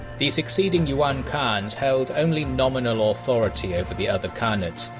the succeeding yuan khans held only nominal authority over the other khanates,